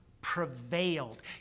prevailed